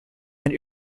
and